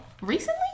Recently